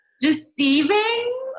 deceiving